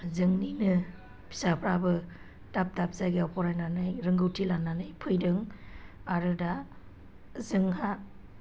जोंनिनो फिसाफ्राबो दाब दाब जायगायाव फरायनानै रोंगौथि लानानै फैदों आरो दा जोंहा